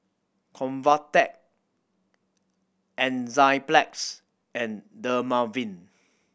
Convatec Enzyplex and Dermaveen